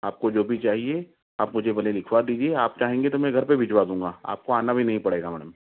आपको जो भी चाहिए आप मुझे भले लिखवा दीजिए आप चाहेंगे तो मै घर पर भिजवा दूँगा आपको आना भी नहीं पड़ेगा मैडम